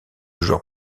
joueur